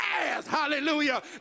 hallelujah